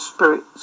Spirit